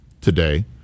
today